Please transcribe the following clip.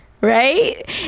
right